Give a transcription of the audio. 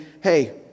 hey